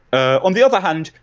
ah on the other hand,